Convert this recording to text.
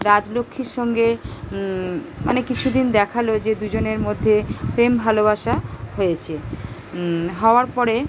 রাজলক্ষ্মীর সঙ্গে অনেক কিছু দিন দেখালো যে দুজনের মধ্যে প্রেম ভালোবাসা হয়েছে হওয়ার পরে